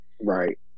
right